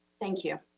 thank you.